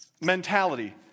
mentality